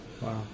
Wow